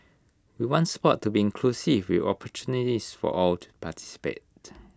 we want Sport to be inclusive with opportunities for all to participate